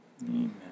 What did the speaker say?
Amen